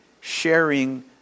sharing